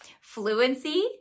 fluency